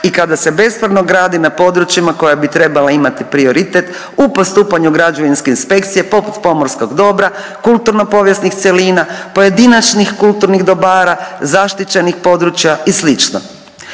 i kada se bespravno gradi na područjima koja bi trebala imati prioritet u postupanju građevinske inspekcije pomorskog dobra, kulturno povijesnih cjelina, pojedinačnih kulturnih dobara, zaštićenih područja i